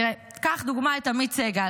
תראה, קח לדוגמה את עמית סגל